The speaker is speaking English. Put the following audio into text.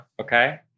okay